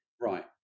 right